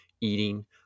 eating